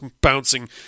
bouncing